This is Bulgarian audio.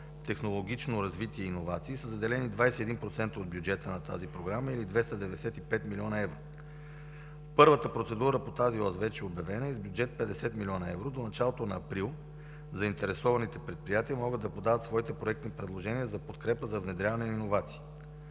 „Технологично развитие и иновации”, са заделени 21% от бюджета на тази програма или 295 млн. евро. Първата процедура по тази ос вече е обявена с бюджет 50 млн. евро. До началото на месец април заинтересованите предприятия могат да подават своите проектни предложения за подкрепа за внедряване на иновации.